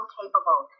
capable